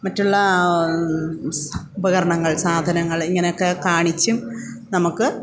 മറ്റുള്ള സ് ഉപകരണങ്ങൾ സാധനങ്ങൾ ഇങ്ങനെയൊക്കെ കാണിച്ചും നമുക്ക്